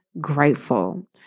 grateful